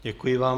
Děkuji vám.